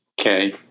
Okay